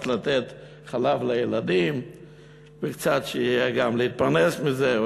לתת חלב לילדים וקצת שיהיה להתפרנס מזה.